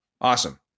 Awesome